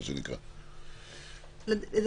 אדוני,